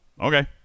Okay